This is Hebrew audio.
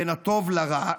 בין הטוב לרע,